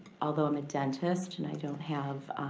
although i'm a dentist, and i don't have